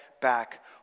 back